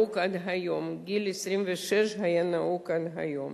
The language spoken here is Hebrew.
גיל 26 היה נהוג עד היום.